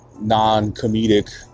non-comedic